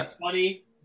funny